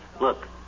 Look